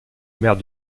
mère